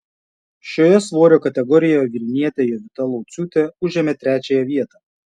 šioje svorio kategorijoje vilnietė jovita lauciūtė užėmė trečiąją vietą